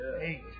Eight